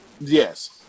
Yes